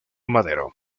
madero